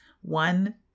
One